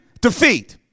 Defeat